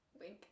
Wink